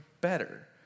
better